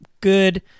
good